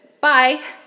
bye